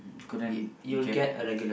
couldn't get a